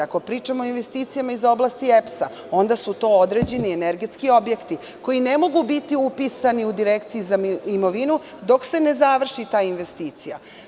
Ako pričamo o investicijama iz oblasti EPS, onda su to određeni energetski objekti koji ne mogu biti upisani u Direkciji za imovinu, dok se ne završi ta investicija.